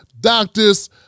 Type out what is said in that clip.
doctors